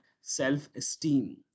self-esteem